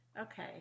Okay